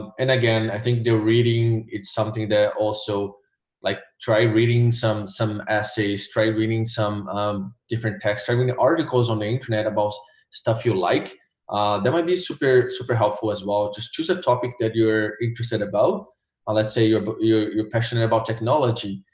and again i think they're reading it's something they're also like try reading some some essays try reading some um different texture i mean the articles on the internet about stuff you like that might be super super helpful as well just choose a topic that you're interested about let's say you're but you're passionate about technology